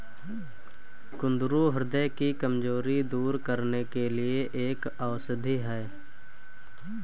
कुंदरू ह्रदय की कमजोरी दूर करने के लिए एक औषधि है